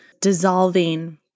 dissolving